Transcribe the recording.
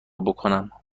بکنم